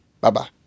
Bye-bye